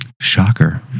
Shocker